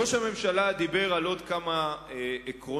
ראש הממשלה דיבר על עוד כמה עקרונות,